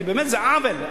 כי באמת זה עוול,